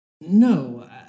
No